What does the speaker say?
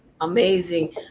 Amazing